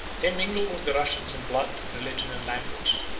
they mingled with the russians in blood, religion, and language,